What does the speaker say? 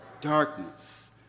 Darkness